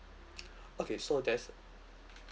okay so there's